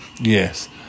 Yes